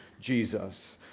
Jesus